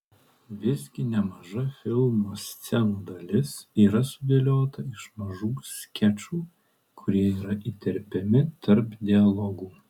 visgi nemaža filmo scenų dalis yra sudėliota iš mažų skečų kurie yra įterpiami tarp dialogų